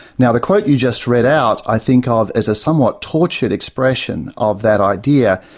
now, the quote you just read out i think ah of as a somewhat tortured expression of that idea.